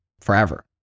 forever